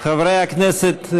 חברי הכנסת,